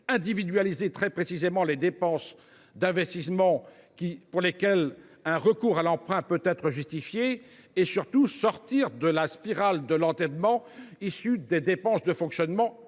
individualiser très précisément les dépenses d’investissement pour lesquelles un recours à l’emprunt peut être justifié et surtout sortir de la spirale de l’endettement issue des dépenses de fonctionnement